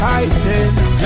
Titans